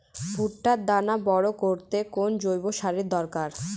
ভুট্টার দানা বড় করতে কোন জৈব সারের দরকার?